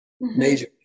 Major